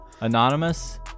Anonymous